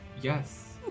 Yes